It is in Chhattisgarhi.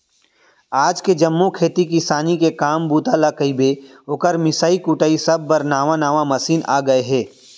आज के जम्मो खेती किसानी के काम बूता ल कइबे, ओकर मिंसाई कुटई सब बर नावा नावा मसीन आ गए हे